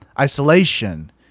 isolation